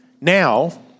Now